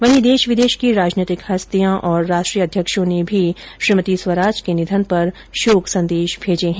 वहीं देश विदेश की राजनैतिक हस्तियां और राष्ट्रीय अध्यक्षों ने भी श्रीमती स्वराज के निधन पर शोक संदेश मेजे है